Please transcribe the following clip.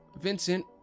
Vincent